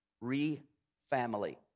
re-family